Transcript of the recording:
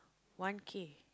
one K